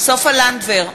סופה לנדבר,